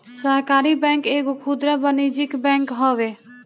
सहकारी बैंक एगो खुदरा वाणिज्यिक बैंक हवे